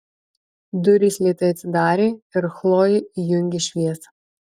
durys lėtai atsidarė ir chlojė įjungė šviesą